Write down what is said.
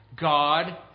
God